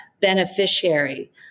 beneficiary